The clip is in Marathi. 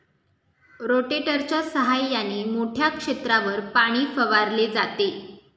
रोटेटरच्या सहाय्याने मोठ्या क्षेत्रावर पाणी फवारले जाते